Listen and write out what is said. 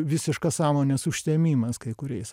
visiškas sąmonės užtemimas kai kuriais